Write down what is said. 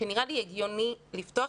שנראה לי הגיוני לפתוח,